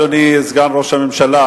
אדוני סגן ראש הממשלה,